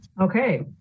Okay